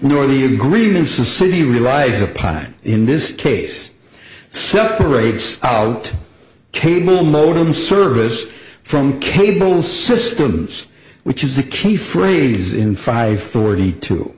nor the agreements the city rise upon in this case separates out cable modem service from cable systems which is the key phrase in five forty two